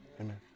Amen